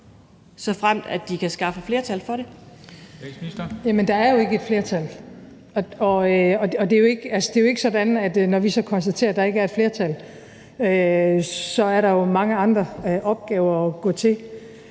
Statsministeren (Mette Frederiksen): Jamen der er jo ikke et flertal for det. Det er jo sådan, at når vi konstaterer, at der ikke er et flertal, så er der mange andre opgaver at gå til.